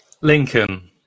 Lincoln